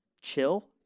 chill